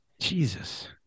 Jesus